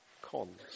cons